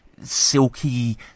Silky